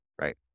right